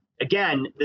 again